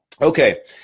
Okay